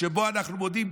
שבו אנחנו מודים,